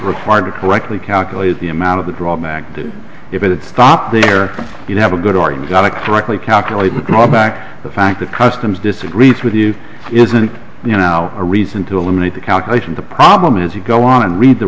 required to correctly calculate the amount of the draw back to if it stopped there you have a good or you got a correctly calculated drawback the fact that customs disagrees with you isn't you know a reason to eliminate the calculation the problem is you go on and read the